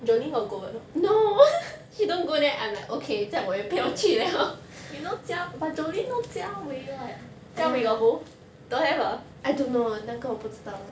jolin got go or not you know jia~ but jolin know jia wei [what] jia wei got go don't have ah